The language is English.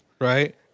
right